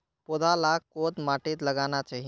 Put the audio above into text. पौधा लाक कोद माटित लगाना चही?